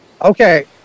Okay